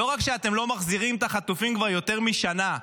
לא רק שאתם לא מחזירים את החטופים כבר יותר משנה,